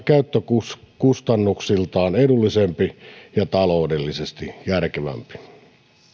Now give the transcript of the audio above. käyttökustannuksiltaan edullisempi ja taloudellisesti järkevämpi